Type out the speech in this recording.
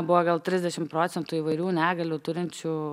buvo gal trisdešim procentų įvairių negalių turinčių